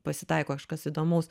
pasitaiko kažkas įdomaus